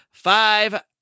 Five